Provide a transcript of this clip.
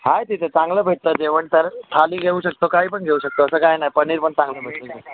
आहे तिथं चांगलं भेटतं जेवण तर थाली घेऊ शकतो काही पण घेऊ शकतो तसं काय नाही पनीर पण चांगलं भेटतं तिथं